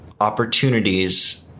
opportunities